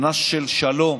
שנה של שלום